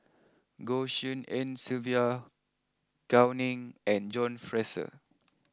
Goh Tshin En Sylvia Gao Ning and John Fraser